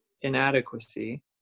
inadequacy